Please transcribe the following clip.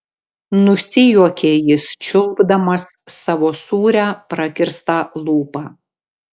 nusijuokė jis čiulpdamas savo sūrią prakirstą lūpą